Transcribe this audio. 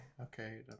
okay